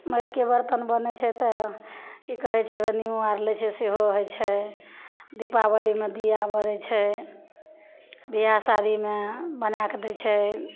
माटिके बरतन बनै छै तऽ कि कहै छै हेबे निउँ आओर लै छै सेहो होइ छै दीपावलीमे दीआ बनै छै बिआह शादीमे बनैके दै छै